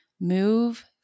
move